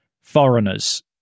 foreigners